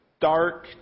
dark